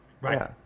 right